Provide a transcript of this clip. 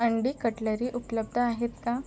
अंडी कटलरी उपलब्ध आहेत का